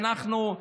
שאנחנו,